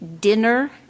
dinner